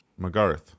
McGarth